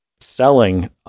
selling